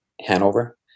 Hanover